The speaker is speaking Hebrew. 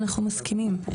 אנחנו מסכימים.